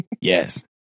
yes